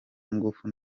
ingufu